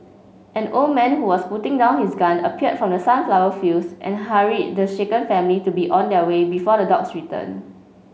an old man who was putting down his gun appeared from the sunflower fields and hurry the shaken family to be on their way before the dogs return